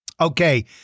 Okay